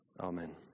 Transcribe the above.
Amen